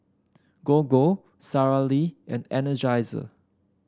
Gogo Sara Lee and Energizer